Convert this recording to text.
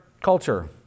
culture